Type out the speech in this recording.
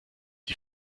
die